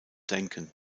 denken